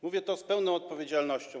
Mówię to z pełną odpowiedzialnością.